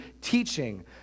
teaching